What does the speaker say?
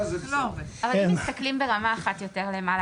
אבל אם מסתכלים ברמה אחת יותר למעלה,